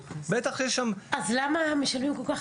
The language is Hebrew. בטח יש שם --- אז למה פה משלמים כל כך